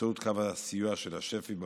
באמצעות קו הסיוע של שפ"י במשרד.